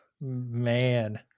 Man